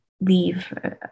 leave